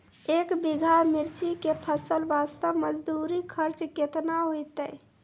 एक बीघा मिर्ची के फसल वास्ते मजदूरी खर्चा केतना होइते?